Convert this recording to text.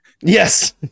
Yes